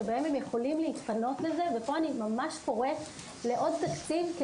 שבהם הם יכולים להתפנות לזה ופה אני ממש קוראת לעוד תקציב,